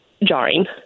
jarring